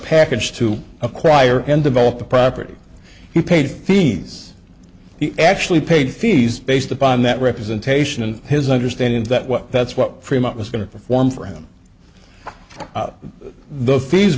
package to acquire and develop the property he paid fees he actually paid fees based upon that representation and his understanding is that what that's what fremont was going to perform for him the fees